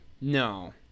no